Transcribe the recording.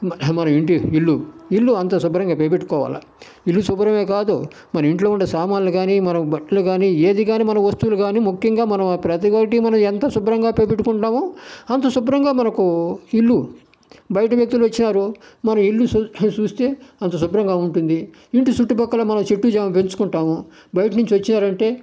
మన ఇంటి ఇల్లు ఇల్లు అంతా శుభ్రంగా పెట్టుకోవాలా ఇల్లు శుభ్రమే కాదు మన ఇంట్లో ఉండే సామాన్లు కానీ మన బట్టలు కానీ ఏది కానీ మన వస్తువులు కానీ ముఖ్యంగా మనం ప్రతి ఒక్కటి ఎంత శుభ్రంగా పెట్టుకుంటామో అంత శుభ్రంగా మనకు ఇల్లు బయట వ్యక్తులు వచ్చినారు మన ఇల్లు చూస్తే అంత శుభ్రంగా ఉంటుంది ఇంటి చుట్టుపక్కల మనం చెట్టు చేమ పెంచుకుంటాము బయట నుంచి వచ్చినారు అంటే